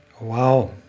Wow